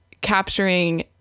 capturing